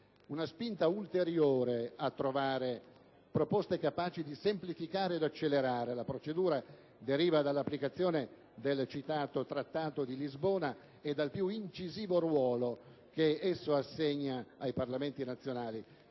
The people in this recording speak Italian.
Una spinta ulteriore a trovare proposte capaci di semplificare ed accelerare la procedura deriva dall'applicazione del citato Trattato di Lisbona e dal più incisivo ruolo che esso assegna ai Parlamenti nazionali,